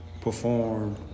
perform